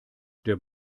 der